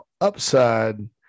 upside